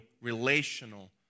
relational